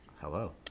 Hello